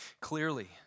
Clearly